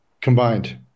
combined